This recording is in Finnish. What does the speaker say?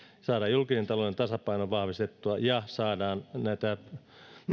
saadaan julkisen talouden tasapainoa vahvistettua ja saadaan näitä